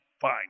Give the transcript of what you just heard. fine